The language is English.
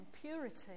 purity